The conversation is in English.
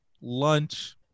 lunch